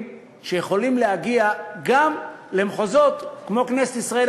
שיכולים להגיע גם למחוזות כמו כנסת ישראל.